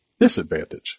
disadvantage